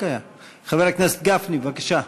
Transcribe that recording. חבר הכנסת משה גפני, בבקשה.